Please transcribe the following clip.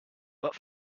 but